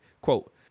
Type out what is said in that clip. quote